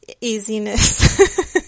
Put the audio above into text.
easiness